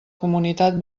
comunitat